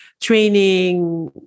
training